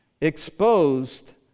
exposed